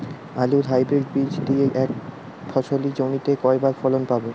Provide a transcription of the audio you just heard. আলুর হাইব্রিড বীজ দিয়ে এক ফসলী জমিতে কয়বার ফলন পাব?